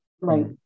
right